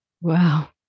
Wow